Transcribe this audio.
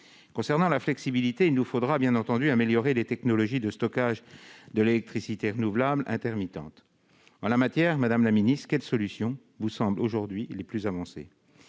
concerne ce second point, il nous faudra, bien entendu, améliorer les technologies de stockage de l'électricité renouvelable intermittente. En la matière, madame la secrétaire d'État, quelles solutions vous semblent aujourd'hui les plus avancées ?